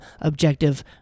objective